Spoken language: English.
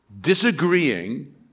Disagreeing